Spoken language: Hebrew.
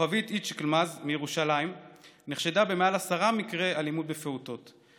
כוכבית היצקלמז מירושלים נחשדה במעל עשרה מקרי אלימות בפעוטות,